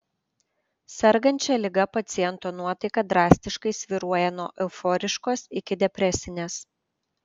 sergant šia liga paciento nuotaika drastiškai svyruoja nuo euforiškos iki depresinės